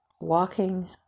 walking